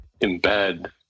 embed